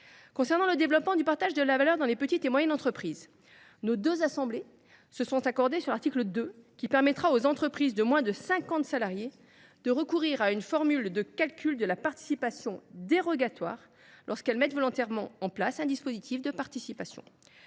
Concernant le développement du partage de la valeur dans les petites et moyennes entreprises (PME), nos deux assemblées se sont accordées sur l’article 2, qui permettra aux entreprises de moins de 50 salariés de recourir à une formule de calcul de la participation dérogatoire lorsqu’elles mettent volontairement en place un dispositif de participation.